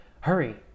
Hurry